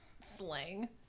slang